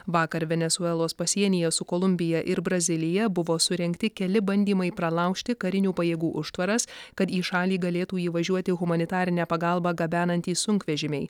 vakar venesuelos pasienyje su kolumbija ir brazilija buvo surengti keli bandymai pralaužti karinių pajėgų užtvaras kad į šalį galėtų įvažiuoti humanitarinę pagalbą gabenantys sunkvežimiai